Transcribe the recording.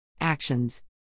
Actions